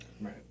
Right